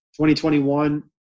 2021